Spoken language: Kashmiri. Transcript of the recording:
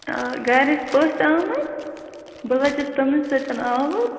آ گَرِ ٲسۍ پٔژھ آمٕتۍ بہٕ لٔجِس تمنے سۭتۍ آوٕر